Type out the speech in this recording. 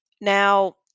Now